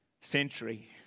century